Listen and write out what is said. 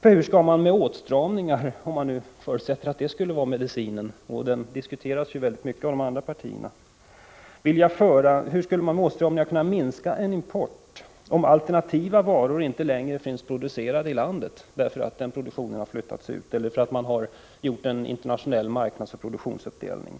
För hur skall man med t.ex. åtstramningar — den medicinen diskuteras ju mycket av andra partier — kunna minska importen, om alternativa varor inte längre finns producerade i landet därför att produktionen har flyttats ut och man har gjort en internationell marknadsoch produktionsuppdelning?